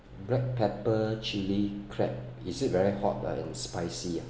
black pepper chili crab is it very hot ah in spicy ah